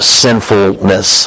sinfulness